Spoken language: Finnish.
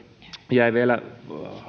jäi vielä